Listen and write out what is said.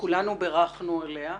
וכולנו בירכנו עליה.